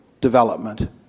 development